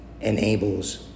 enables